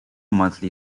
monthly